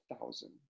thousand